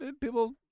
people